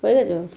হয়ে গিয়েছে আমার